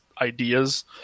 ideas